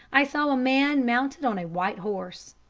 i saw a man mounted on a white horse.